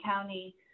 County